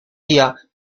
día